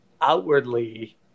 outwardly